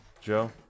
Joe